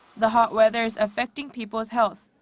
the hot weather is affecting people's health.